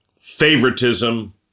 favoritism